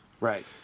Right